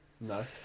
No